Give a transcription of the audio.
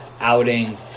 outing